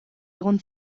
egon